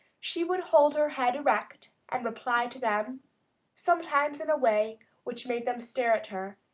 she would hold her head erect, and reply to them sometimes in a way which made them stare at her,